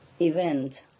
event